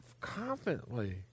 confidently